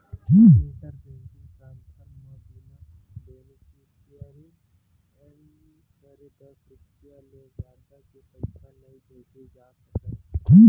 inter banking transfer म बिन beneficiary add करे दस रूपिया ले जादा के पइसा नइ भेजे जा सकय